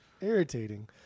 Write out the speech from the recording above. Irritating